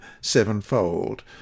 sevenfold